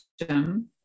system